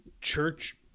church